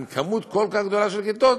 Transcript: עם כמות כל כך גדולה של כיתות,